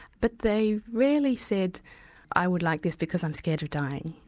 but they rarely said i would like this because i'm scared of dying,